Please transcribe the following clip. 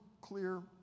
clear